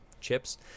chips